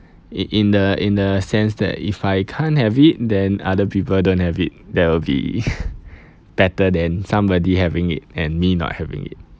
in in a in a sense that if I can't have it then other people don't have it that will be better than somebody having it and me not having it